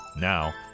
Now